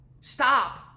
Stop